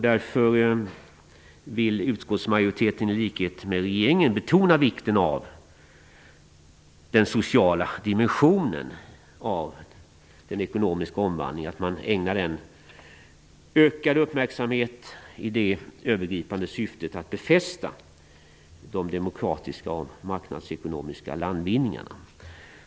Därför vill utskottsmajoriteten i likhet med regeringen betona vikten av att man ägnar den sociala dimensionen av den ekonomiska omvandlingen ökad uppmärksamhet i syfte att befästa de demokratiska och marknadsekonomiska landvinningarna.